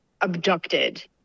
abducted